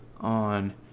on